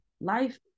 life